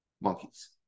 monkeys